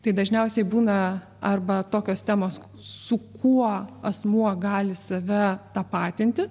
tai dažniausiai būna arba tokios temos su kuo asmuo gali save tapatinti